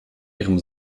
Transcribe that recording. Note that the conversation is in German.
ihrem